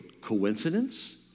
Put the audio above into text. coincidence